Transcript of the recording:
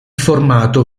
formato